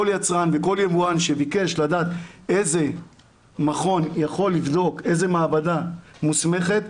כל יצרן וכל יבואן שביקש לדעת איזה מכון יכול לבדוק איזה מעבדה מוסמכת,